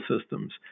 systems